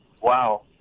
Wow